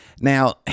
Now